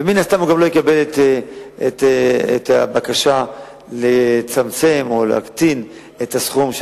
ומן הסתם הוא לא יקבל את הבקשה לצמצם או להקטין את הסכום.